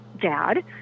dad